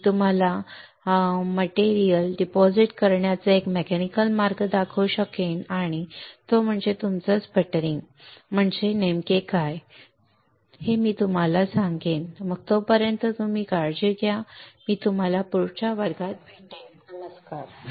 मी तुम्हाला साहित्य जमा करण्याचा एक मेकॅनिकल मार्ग दाखवू लागेन आणि तो म्हणजे तुमचा स्पटरिंग म्हणजे नेमके काय स्पटरिंग म्हणजे ठीक आहे मग तुम्ही काळजी घ्या मी तुम्हाला पुढच्या वर्गात भेटेन बाय